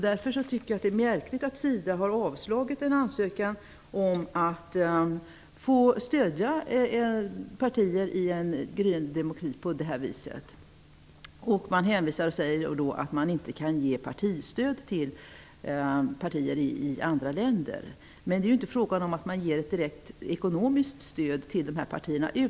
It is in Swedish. Därför tycker jag att det är märkligt att SIDA har avslagit en ansökan om att få stödja partier i en gryende demokrati på det här viset. Man gör en hänvisning och säger att man inte kan ge partistöd till partier i andra länder. Men det är inte fråga om att ge ett ekonomiskt stöd till de här partierna.